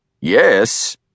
Yes